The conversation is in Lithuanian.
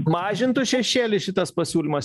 mažintų šešėlį šitas pasiūlymas